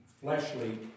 fleshly